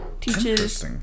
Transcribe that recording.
Teaches